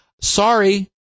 Sorry